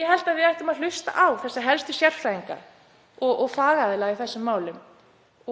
Ég held að við ættum að hlusta á helstu sérfræðinga og fagaðila í þessum málum